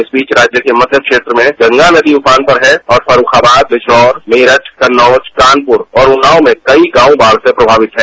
इस बीच राज्य के मध्य क्षेत्र में गंगा नदी उफान पर है और फरूर्खाबाद बिजनौर मेरठ कन्नौज कानपुर और उन्नाव में कई गांव बाढ़ से प्रभावित है